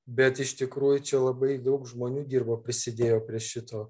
bet iš tikrųjų čia labai daug žmonių dirbo prisidėjo prie šito